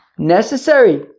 Necessary